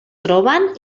troben